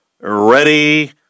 ready